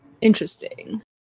interesting